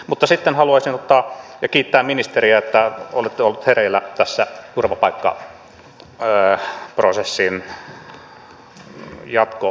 mutta sitten haluaisin ottaa ja kiittää ministeriä että olette ollut hereillä tässä turvapaikkaprosessin jatkokäsittelyssä